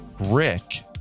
Rick